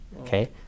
okay